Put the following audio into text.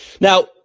Now